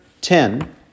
ten